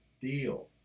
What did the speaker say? deal